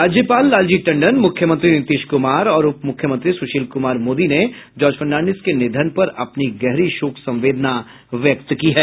राज्यपाल लालजी टंडन मुख्यमंत्री नीतीश कुमार और उप मुख्यमंत्री सुशील कुमार मोदी समेत अनेक नेताओं ने जार्ज फर्नाडिस के निधन पर अपनी गहरी शोक संवेदना व्यक्त की है